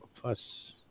plus